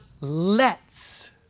lets